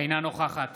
אינה נוכחת